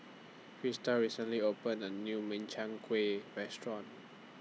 Christal recently opened A New Makchang Gui Restaurant